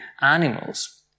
animals